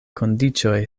kondiĉoj